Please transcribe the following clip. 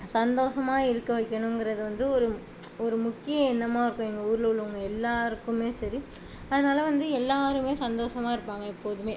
சந்தோஷமா இருக்க வைக்கணும்கிறது வந்து ஒரு ஒரு முக்கிய எண்ணமாக இருக்கும் எங்கள் ஊரில் உள்ளவங்க எல்லாருக்குமே சரி அதனால வந்து எல்லாருமே சந்தோஷமா இருப்பாங்க எப்போதுமே